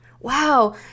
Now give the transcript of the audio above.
Wow